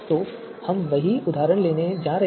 तो हम वही उदाहरण लेने जा रहे हैं